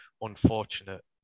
unfortunate